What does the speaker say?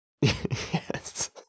Yes